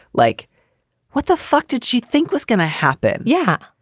like what the fuck did she think was going to happen? yeah.